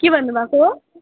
के भन्नु भएको